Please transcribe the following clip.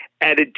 added